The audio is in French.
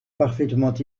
parfaitement